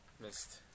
Missed